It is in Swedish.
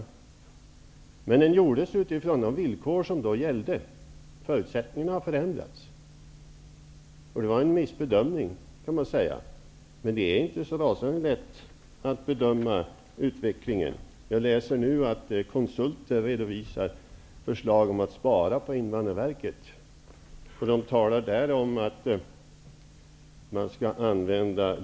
Omorganisationen gjordes utifrån de villkor som då gällde. Nu har förutsättningarna förändrats. Man kan säga att det blev en missbedömning, men det är inte så rasande lätt att bedöma utvecklingen. Jag har läst att konsulter redovisar förslag om besparingar hos Invandrarverket. Det talas om att logistiken skall användas.